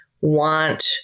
want